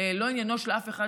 הוא לא עניינו של אף אחד,